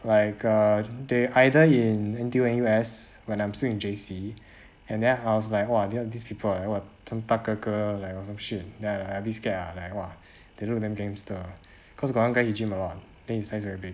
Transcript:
like err they either in N_T_U N_U_S when I'm still in J_C and then I was like !wah! these people like !wah! some 大哥哥 like or some shit then like I a bit scared ah like !wah! they look damn gangster cause got one guy he gym a lot then his size very big